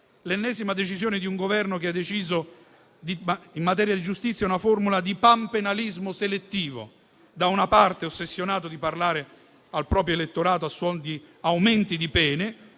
dell'ennesima decisione di un Governo che ha deciso in materia di giustizia una formula di panpenalismo selettivo, da una parte ossessionato di parlare al proprio elettorato a suon di aumenti di pene